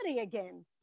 again